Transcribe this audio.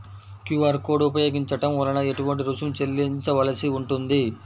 QR code ఉపయోగించటం వలన ఏటువంటి రుసుం చెల్లించవలసి ఉంటుంది?